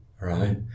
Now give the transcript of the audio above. right